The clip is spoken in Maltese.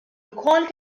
lkoll